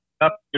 up